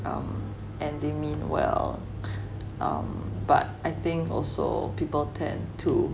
um and they mean well but I think also people tend to